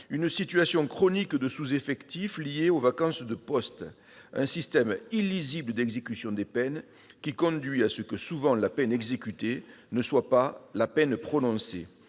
d'une situation chronique de sous-effectif liée aux vacances de postes, d'un système illisible d'exécution des peines, qui conduit à ce que, souvent, la peine exécutée ne soit pas la peine prononcée,